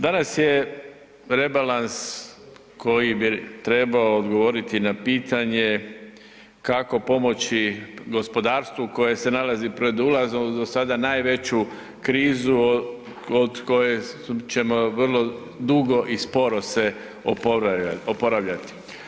Danas je rebalans koji bi trebao odgovoriti na pitanje kako pomoći gospodarstvu koje se nalazi pred ulazom do sada najveću krizu od koje ćemo vrlo dugo i sporo oporavljati.